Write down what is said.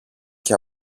και